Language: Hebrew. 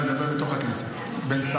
גם נאור רוצה להיות התלמיד שלך לא